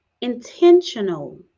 intentional